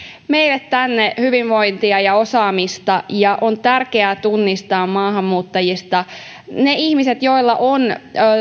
meille tänne hyvinvointia ja osaamista on tärkeää tunnistaa maahanmuuttajista ne ihmiset joilla on